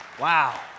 Wow